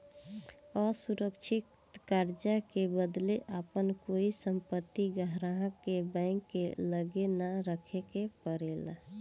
असुरक्षित कर्जा के बदले आपन कोई संपत्ति ग्राहक के बैंक के लगे ना रखे के परेला